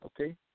Okay